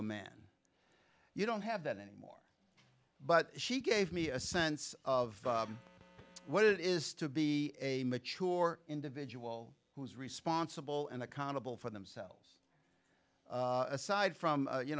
a man you don't have that anymore but she gave me a sense of what it is to be a mature individual who's responsible and accountable for themselves aside from